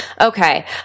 Okay